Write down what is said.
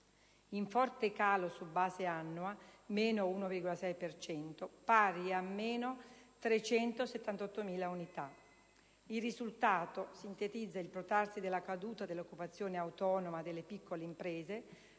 in forte calo su base annua (-1,6 per cento, pari a -378.000 unità). Il risultato sintetizza il protrarsi della caduta dell'occupazione autonoma delle piccole imprese,